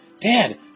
Dad